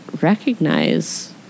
recognize